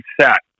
set